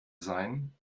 sein